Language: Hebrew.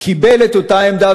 קיבל את אותה עמדה,